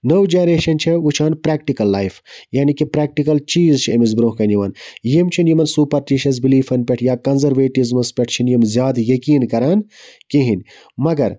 نٔو جَنریشَن چھِ وٕچھان پریٚکٹِکَل لایف یعنے کہِ پریٚکٹِکَل چیٖز چھِ أمِس برونٛہہ کَنہِ یِوان یِم چھِ نہٕ یِمَن سوپَرٹِشَس بِلیٖفَن پیٚٹھ یا کَنزَرویٹِزمَس پیٚٹھ چھِ نہٕ یِم زیادٕ یقیٖن کَران کِہیٖنۍ مگر